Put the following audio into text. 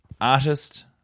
artist